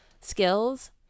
skills